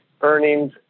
earnings